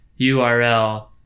URL